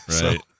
right